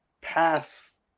pass